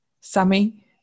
Sammy